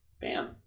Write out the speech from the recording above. bam